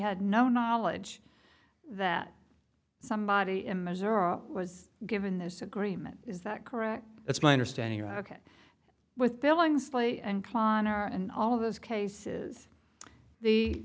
had no knowledge that somebody in missouri was given this agreement is that correct it's my understanding or ok with billingsley and kloner and all of those cases the